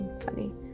Funny